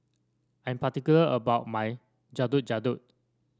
I'm particular about my Getuk Getuk